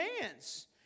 hands